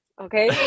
Okay